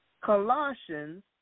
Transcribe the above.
Colossians